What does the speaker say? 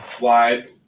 wide